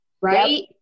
right